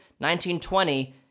1920